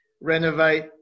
renovate